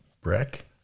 Breck